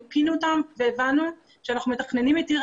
מיפינו אותם והבנו שאנחנו מתכננים את עיר